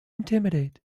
intimidate